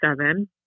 seven